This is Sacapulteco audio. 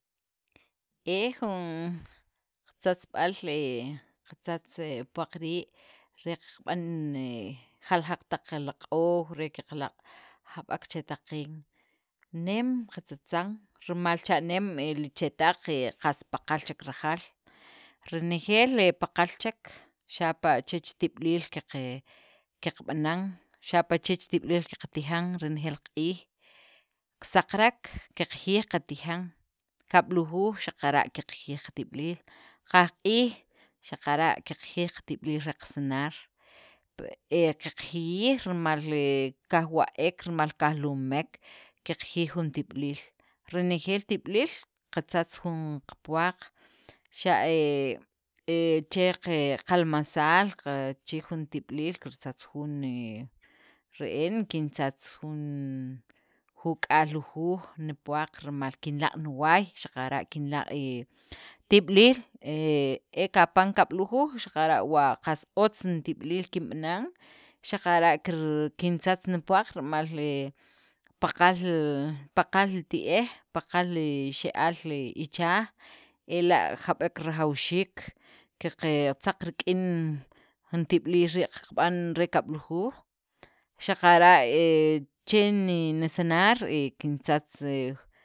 e jun tzatzb'al qatzatza qapuwak re kab'an jalajaq taq laq'oj re kalak' chetaq qeen nem qatzatzan rimal cha'neem li chetaq qas paqal chek rajaal renjeel paqal chek xapa' chech tib'iliil qab'anan xapa' chech tib'iliil qatijan renejeel q'iij kisaqarek qajiyij qatijan kablujuuj xaqara' qajiyij qatib'iliil qajq'iij xaqar' qajiyij re qasanaar qajiyij rimal kajwa'ek rimal kalumek qeqjiyij jun tib'iliil renjeel rib'iliil qatzatz jun qapuwaq xa' che qalmasaal qachij jun tib'iliil kirtzatz jun re'en kintzatza jun juk'aal lujuj nipuwaq rimal kinlaq' niwaay xaqara'kinlaq' e tib'iliil e kapan kablujuj xaqara' wa qas otz nitib'iliil kinb'anan xaqara' kintzatz nipuwaq rimal paqal li paqal li ti'ej paqal li xe'al ichaj ela' jab'ek rajawxiik qaqe qatzaq rik'in jun tib'iliil rii' qab'an re kablujuj xaqara' che nisnaar kintzatza